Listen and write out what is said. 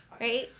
Right